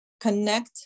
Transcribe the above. connect